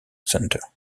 center